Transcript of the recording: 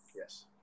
Yes